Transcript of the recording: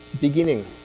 beginning